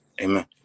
amen